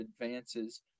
advances